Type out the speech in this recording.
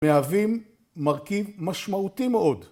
מהווים מרכיב משמעותי מאוד